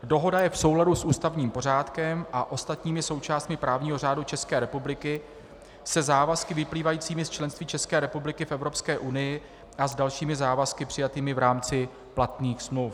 Dohoda je v souladu s ústavním pořádkem a ostatními součástmi právního řádu České republiky, se závazky vyplývajícími z členství České republiky v Evropské unii a s dalšími závazky přijatými v rámci platných smluv.